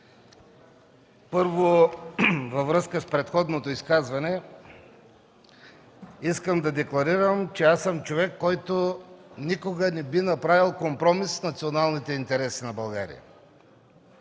Във връзка с предходното изказване искам да декларирам, че съм човек, който никога не би направил компромис с националните интереси на България.